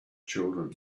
children